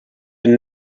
been